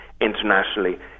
internationally